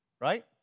right